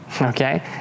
Okay